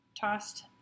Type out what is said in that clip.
tossed